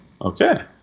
Okay